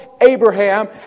Abraham